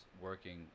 working